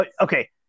Okay